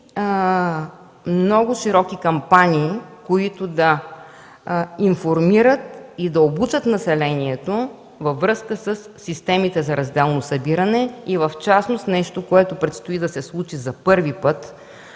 и много широки кампании, които да информират и да обучат населението във връзка със системите за разделно събиране и в частност нещо, което предстои да се случи за първи път